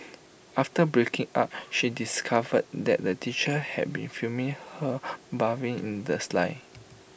after breaking up she discovered that the teacher had been filming her bathing in the sly